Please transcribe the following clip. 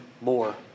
more